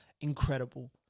incredible